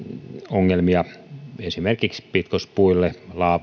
ongelmia esimerkiksi pitkospuille